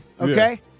Okay